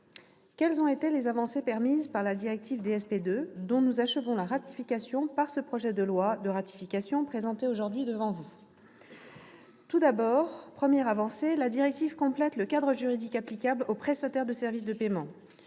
Quelles ont été les avancées permises par la directive DSP 2, dont nous achevons la ratification par ce projet de loi de ratification présenté aujourd'hui devant vous ? Premièrement, la directive complète le cadre juridique applicable aux prestataires de services de paiement